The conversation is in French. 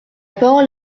parole